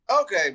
Okay